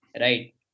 Right